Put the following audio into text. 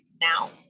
Now